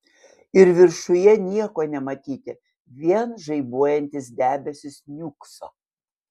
ir viršuje nieko nematyti vien žaibuojantis debesys niūkso